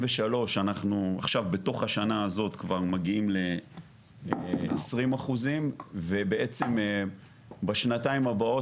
אנחנו עכשיו בתוך השנה הזאת כבר מגיעים ל 20% ובעצם בשנתיים הבאות